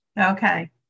Okay